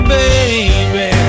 baby